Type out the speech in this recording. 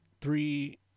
three